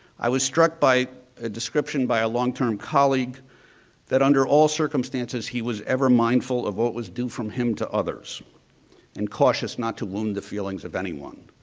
i was struck by a description by a long-term colleague that under all circumstances, he was ever mindful of what was due from him to others and cautious not to wound the feelings of anyone.